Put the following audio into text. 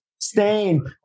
Stain